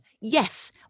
Yes